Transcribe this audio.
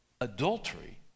Adultery